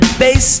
bass